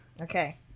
Okay